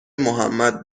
محمد